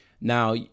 Now